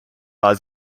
war